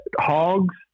hogs